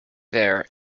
there